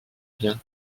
bien